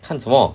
看什么